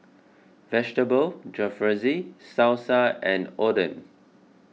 Vegetable Jalfrezi Salsa and Oden